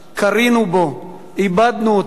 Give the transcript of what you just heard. כרינו בו, עבדנו אותו,